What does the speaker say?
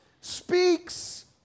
speaks